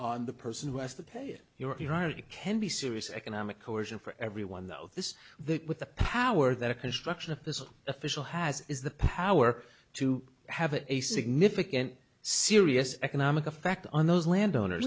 on the person who has to pay it here you can be serious economic coercion for everyone though this that with the power that a construction of this official has is the power to have a significant serious economic effect on those landowners